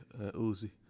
Uzi